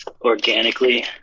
Organically